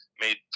made